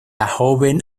joven